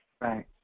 Right